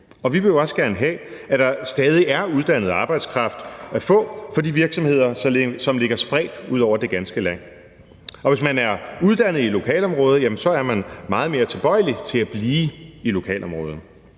vi vil jo også gerne have, at der stadig er uddannet arbejdskraft at få for de virksomheder, som ligger spredt ud over det ganske land. Og hvis man er uddannet i lokalområdet, så er man meget mere tilbøjelig til at blive i lokalområdet.